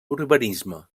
urbanisme